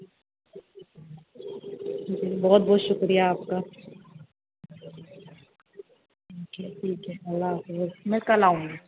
جی بہت بہت شکریہ آپ کا ٹھیک ہے ٹھیک ہے اللّٰہ حافظ میں کل آؤں گی